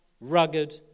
rugged